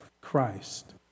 Christ